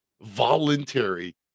voluntary